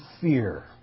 fear